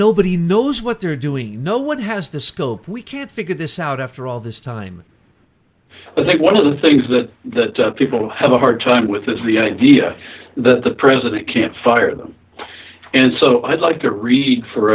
nobody knows what they're doing no one has the scope we can't figure this out after all this time i think one of the things that the people have a hard time with this is the idea that the president can't fire them and so i'd like to read for